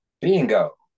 Bingo